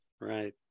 right